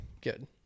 good